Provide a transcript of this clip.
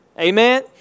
Amen